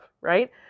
Right